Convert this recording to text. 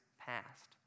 passed